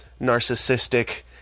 narcissistic